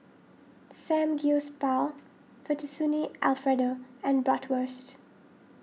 Samgyeopsal Fettuccine Alfredo and Bratwurst